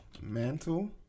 mantle